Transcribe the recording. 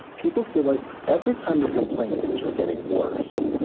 people feel like every time we complain things were getting worse.